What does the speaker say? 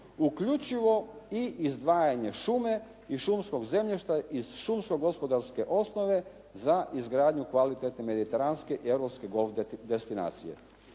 uključivo i izdvajanje šume i šumskog zemljišta iz šumsko gospodarske osnove za izgradnju kvalitetne mediteranske i europske golf destinacije.